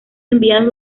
enviados